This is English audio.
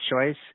choice